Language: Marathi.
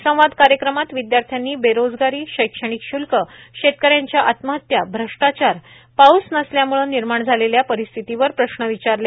संवाद कार्यक्रमात विद्यार्थ्यानी बेरोजगारी शैक्षणीक श्ल्क शेतकऱ्यांच्या आत्महत्या भ्रष्टाचार पाऊस नसल्यामुळे निर्माण झालेल्या परिस्थितीवर प्रश्न विचारले